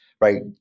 right